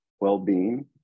well-being